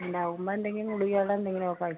ഉണ്ടാവുമ്പെന്തെങ്കും ഗുളികകളെന്തെങ്കിലൊക്കെ കഴിക്കും